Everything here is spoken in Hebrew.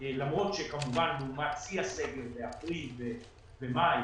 למרות שכמובן לעומת שיא הסגר באפריל ובמאי,